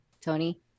Tony